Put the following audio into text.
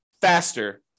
faster